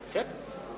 כן.